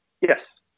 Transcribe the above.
Yes